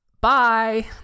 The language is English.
Bye